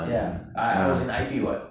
ya I I was in I_P what